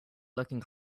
looking